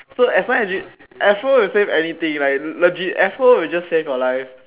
so afro has this afro replace anything right legit afro will just save your life